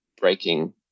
breaking